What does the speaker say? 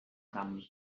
camp